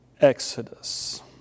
exodus